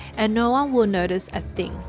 and no one will notice a thing,